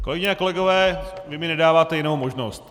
Kolegyně a kolegové, vy mi nedáváte jinou možnost.